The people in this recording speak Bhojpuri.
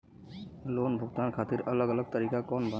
लोन भुगतान खातिर अलग अलग तरीका कौन बा?